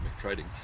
trading